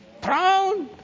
proud